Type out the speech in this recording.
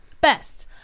best